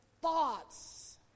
thoughts